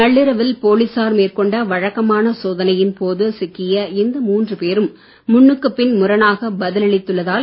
நள்ளிரவில் போலிசார் மேற்கொண்ட வழக்கமான சோதனையின்போது சிக்கிய இந்த மூன்று பேரும் முன்னுக்குப்பின் முரணாக பதிலளித்துள்ளனர்